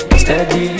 steady